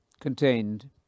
contained